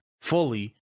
fully